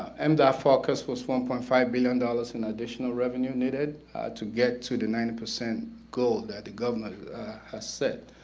and ah focus was one point five billion dollars in additional revenue needed to get to the ninety percent goal that the governor has said.